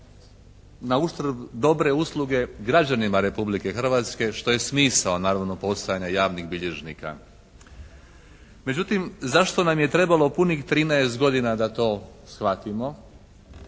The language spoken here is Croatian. na uštrb dobre usluge građanima Republike Hrvatske što je smisao naravno postojanja javnih bilježnika. Međutim zašto nam je trebalo punih 13 godina da to shvatimo?